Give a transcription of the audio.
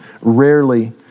rarely